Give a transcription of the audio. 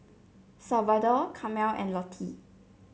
Salvador Carmel and Lottie